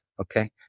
okay